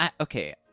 Okay